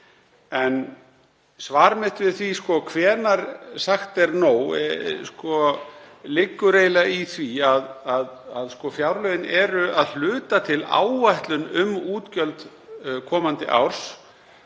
En svar mitt við því hvenær sagt er nóg liggur eiginlega í því að fjárlögin eru að hluta til áætlun um útgjöld komandi árs